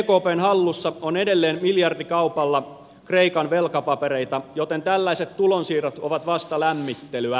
ekpn hallussa on edelleen miljardikaupalla kreikan velkapapereita joten tällaiset tulonsiirrot ovat vasta lämmittelyä